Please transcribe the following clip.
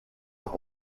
nach